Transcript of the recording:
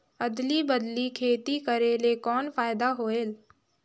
अदली बदली खेती करेले कौन फायदा होयल?